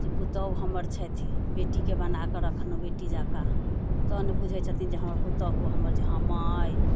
जे पुतहु हमर छथि बेटीके बनाकऽ रखलहुँ बेटी जकाँ तहन बुझै छथिन जे हमर पुतहु हमर जे हँ माँ अइ